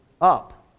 up